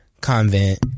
convent